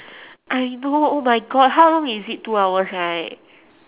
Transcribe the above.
I know oh my god how long is it two hours right